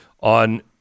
on